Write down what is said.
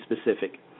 specific